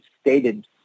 stated